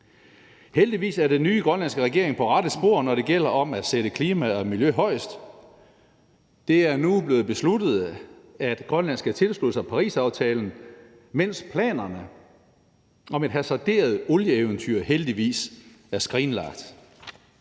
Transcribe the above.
Heldigvis er den nye grønlandske regering på rette spor, når det gælder om at sætte klimaet og miljøet højest. Det er nu blevet besluttet, at Grønland skal tilslutte sig Parisaftalen, mens planerne om et hasarderet olieeventyr heldigvis er skrinlagt.